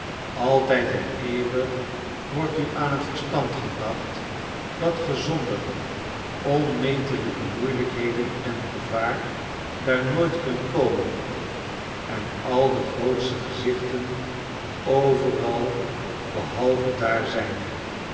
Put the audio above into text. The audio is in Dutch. altijd en eeuwig wordt u aan t verstand gebracht dat ge zonder onmetelijkemoeielijkheid en gevaar daar nooit kunt komen en al de grootsche gezichten overal behalve daar zijn